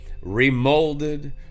remolded